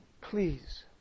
Please